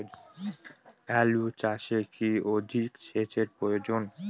আলু চাষে কি অধিক সেচের প্রয়োজন?